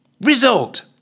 Result